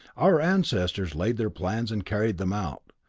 our ancestors laid their plans and carried them out.